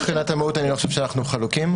מבחינת המהות אני לא חושב שאנחנו חלוקים.